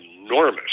enormous